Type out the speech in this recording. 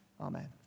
Amen